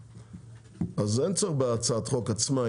אז אין צורך בהצעת החוק עצמה,